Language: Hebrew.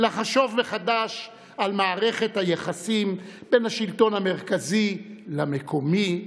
לחשוב מחדש על מערכת היחסים בין השלטון המרכזי למקומי,